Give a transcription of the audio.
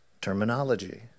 terminology